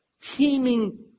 teeming